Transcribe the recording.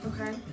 Okay